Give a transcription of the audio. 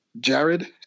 Jared